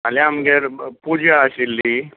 फाल्यां आमगेर पुजा आशिल्ली